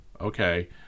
Okay